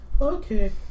okay